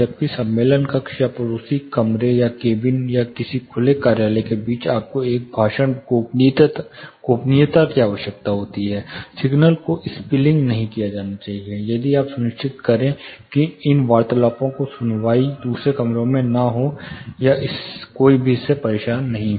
जबकि सम्मेलन कक्ष या पड़ोसी कमरे या केबिन या एक खुले कार्यालय के बीच आपको एक भाषण गोपनीयता की आवश्यकता होती है सिग्नल को स्पिलिंग नहीं किया जाना चाहिए ताकि आप सुनिश्चित करें कि इन वार्तालापों की सुनवाई दूसरे कमरों में ना हो या कोई भी इससे परेशान नहीं है